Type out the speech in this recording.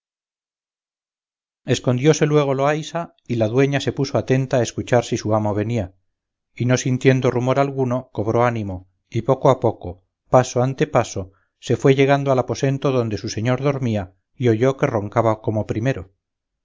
hallase escondióse luego loaysa y la dueña se puso atenta a escuchar si su amo venía y no sintiendo rumor alguno cobró ánimo y poco a poco paso ante paso se fue llegando al aposento donde su señor dormía y oyó que roncaba como primero